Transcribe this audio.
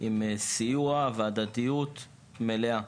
עם סיוע והדדיות מלאה.